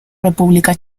república